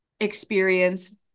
experience